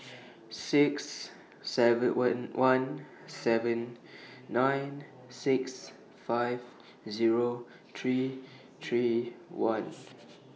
six seven one one seven nine six five Zero three three one